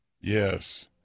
Yes